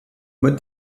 mode